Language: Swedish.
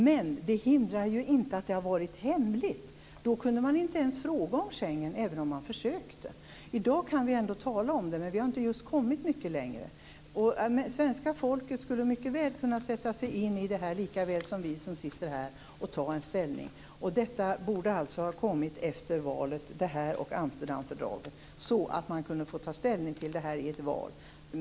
Men det hindrar ju inte att det har varit hemligt. Då kunde man inte ens ställa frågor om Schengen även om man försökte. I dag kan vi ändå tala om det, men vi har inte kommit mycket längre. Svenska folket skulle lika väl som vi som sitter här mycket väl kunna sätta sig in i detta och ta ställning. Detta och Amsterdamfördraget borde alltså ha kommit efter valet, så att man kunde få ta ställning till detta i ett val.